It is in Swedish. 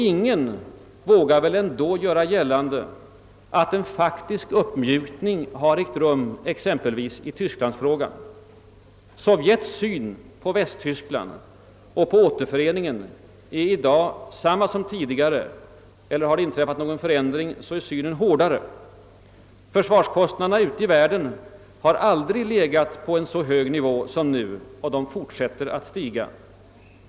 Ingen vågar väl göra gällande att en faktisk uppmjukning ägt rum i exempelvis tysklandsfrågan. Sovjets syn på Västtyskland och på återföreningen är i dag samma som tidigare eller om någon förändring inträffat — hårdare. Försvarskostnaderna ute i världen har aldrig legat på en så hög nivå som nu och de fortsätter att stiga.